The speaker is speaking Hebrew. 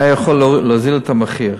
8%, והיה יכול להוריד את המחיר.